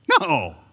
No